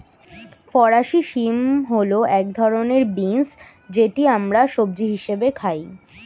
ফরাসি শিম হল এক ধরনের বিন্স যেটি আমরা সবজি হিসেবে খাই